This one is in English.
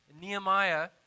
nehemiah